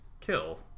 kill